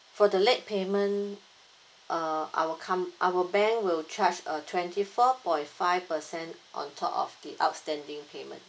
for the late payment uh our com~ our bank will charge a twenty four point five percent on top of the outstanding payment